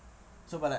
so but like